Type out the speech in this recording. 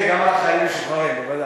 כן, כן, גם על חיילים משוחררים, בוודאי.